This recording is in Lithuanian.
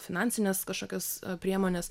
finansines kažkokias priemones